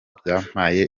byampaye